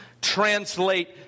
translate